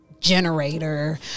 generator